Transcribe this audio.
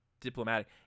diplomatic